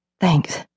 Thanks